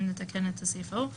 אם נתקן את הסעיף ההוא - 133ג,